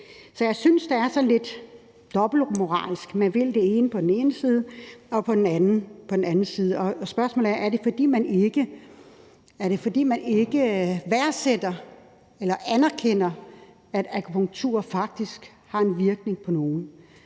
Så jeg synes, det er sådan lidt dobbeltmoralsk; man vil det ene på den ene side og det andet på den anden side. Spørgsmålet er, om det er, fordi man ikke værdsætter eller anerkender, at akupunktur faktisk har en virkning på nogle.